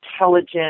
intelligent